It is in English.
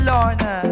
Lorna